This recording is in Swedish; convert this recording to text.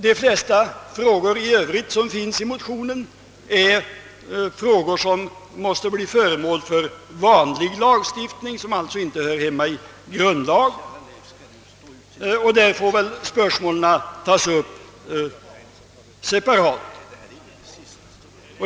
De flesta frågor i övrigt som tas upp i motionen måste bli föremål för vanlig lagstiftning eftersom de inte gäller grundlagen och får alltså behandlas separat.